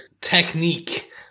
technique